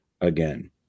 again